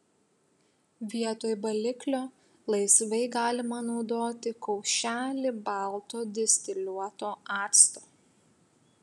vietoj baliklio laisvai galima naudoti kaušelį balto distiliuoto acto